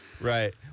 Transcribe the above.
right